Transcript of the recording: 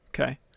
Okay